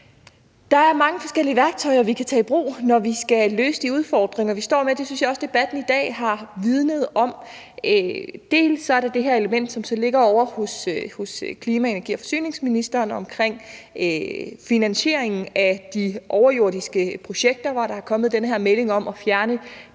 Der er mange forskellige værktøjer, vi kan tage i brug, når vi skal løse de udfordringer, vi står med, og det synes jeg også debatten i dag har vidnet om. Der er det her element, som så ligger ovre hos klima-, energi- og forsyningsministeren omkring finansieringen af de overjordiske projekter, hvor der er kommet den her melding om at fjerne